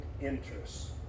interests